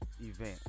event